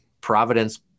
Providence